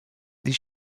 die